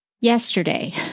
yesterday